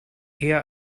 eher